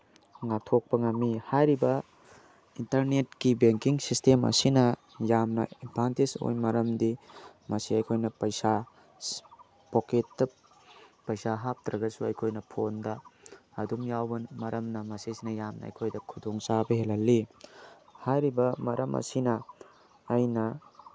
ꯉꯥꯛꯊꯣꯛꯄ ꯉꯝꯃꯤ ꯍꯥꯏꯔꯤꯕ ꯏꯟꯇꯔꯅꯦꯠꯀꯤ ꯕꯦꯡꯀꯤꯡ ꯁꯤꯁꯇꯦꯝ ꯑꯁꯤꯅ ꯌꯥꯝꯅ ꯑꯦꯗꯚꯥꯟꯇꯦꯁ ꯑꯣꯏ ꯃꯔꯝꯗꯤ ꯃꯁꯤ ꯑꯩꯈꯣꯏꯅ ꯄꯩꯁꯥ ꯄꯣꯛꯀꯦꯠꯇ ꯄꯩꯁꯥ ꯍꯥꯞꯇ꯭ꯔꯒꯁꯨ ꯑꯩꯈꯣꯏꯅ ꯐꯣꯟꯗ ꯑꯗꯨꯝ ꯌꯥꯎꯕ ꯃꯔꯝꯅ ꯃꯁꯤꯁꯤꯅ ꯌꯥꯝꯅ ꯑꯩꯈꯣꯏꯗ ꯈꯨꯗꯣꯡꯆꯥꯕ ꯍꯦꯜꯍꯜꯂꯤ ꯍꯥꯏꯔꯤꯕ ꯃꯔꯝ ꯑꯁꯤꯅ ꯑꯩꯅ